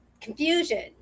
confusion